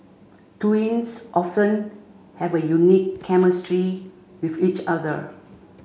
twins often have a unique chemistry with each other